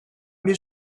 bir